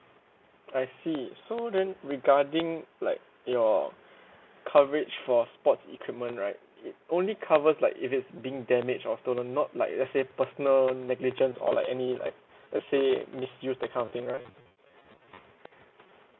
I see so then regarding like your coverage for sports equipment right it only covers like if it's been damaged or stolen not like let's say personal negligence or like any like let's say misuse that kind of thing right